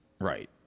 Right